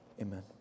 Amen